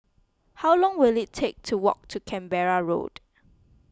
how long will it take to walk to Canberra Road